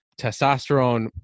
testosterone